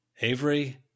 Avery